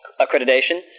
accreditation